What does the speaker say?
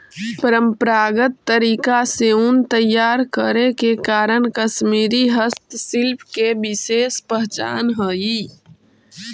परम्परागत तरीका से ऊन तैयार करे के कारण कश्मीरी हस्तशिल्प के विशेष पहचान हइ